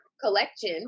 collection